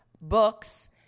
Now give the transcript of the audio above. books